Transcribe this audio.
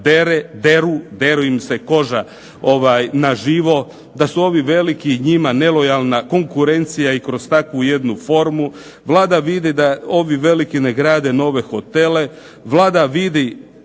deru, deru im se koža na živo. Da su ovi veliki njima nelojalna konkurencija i kroz takvu jednu formu Vlada vidi da ovi veliki ne grade nove hotele. Vlada vidi